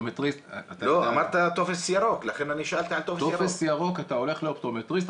טופס ירוק אתה הולך לאופטומטריסט,